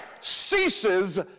ceases